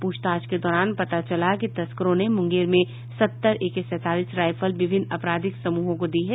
पूछताछ के दौरान पता चला है कि तस्करों ने मुंगेर में सत्तर एके सैंतालीस राईफल विभिन्न आपराधिक समूहों को दी है